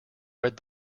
read